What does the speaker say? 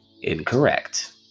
incorrect